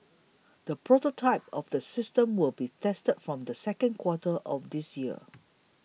the prototype of the system will be tested from the second quarter of this year